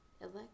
elect